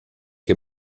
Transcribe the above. che